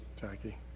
Jackie